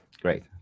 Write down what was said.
great